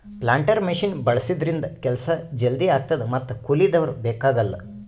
planter machine ಬಳಸಿದ್ರಿಂದ ಕೆಲ್ಸ ಜಲ್ದಿ ಆಗ್ತದ ಮತ್ತ್ ಕೂಲಿದವ್ರು ಬೇಕಾಗಲ್